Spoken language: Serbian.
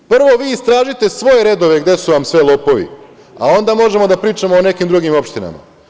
Prvo vi istražite svoje redove gde su vam sve lopovi, a onda možemo da pričamo o nekim drugim opštinama.